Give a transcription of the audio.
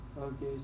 Okay